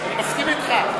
אני מסכים אתך,